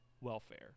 welfare